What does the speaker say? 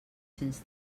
cents